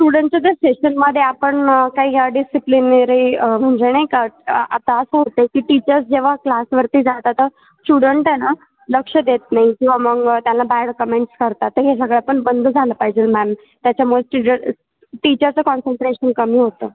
स्टुडंटचं जर सेशनमध्ये आपण काही ह्या डिसिप्लिनेरी म्हणजे नाही का आता असं होत आहे की टीचर्स जेव्हा क्लासवरती जातात तर स्टुडंट आहे ना लक्ष देत नाही किंवा मग त्यांना बॅड कमेंट्स करतात तर हे सगळं पण बंद झालं पाहिजेल मॅम त्याच्यामुळे टीज टीचरचं कॉन्सन्ट्रेशन कमी होतं